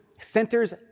centers